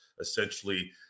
essentially